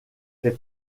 fait